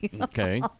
Okay